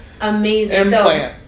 Amazing